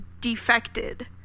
defected